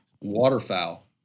Waterfowl